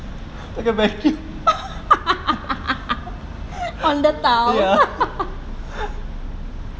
on the tile